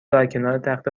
درکنارتخت